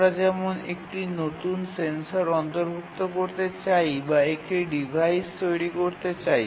আমরা যেমন একটি নতুন সেন্সর অন্তর্ভুক্ত করতে চাই বা একটি ডিভাইস তৈরি করতে চাই